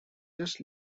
just